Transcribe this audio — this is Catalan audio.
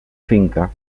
finca